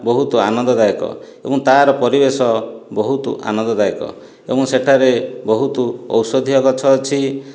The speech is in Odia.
ବହୁତ ଆନନ୍ଦଦାୟକ ଏବଂ ତାର ପରିବେଶ ବହୁତ ଆନନ୍ଦଦାୟକ ଏବଂ ସେଠାରେ ବହୁତ ଔଷଧୀୟ ଗଛ ଅଛି